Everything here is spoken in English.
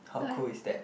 how cool is that